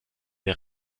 der